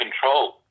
control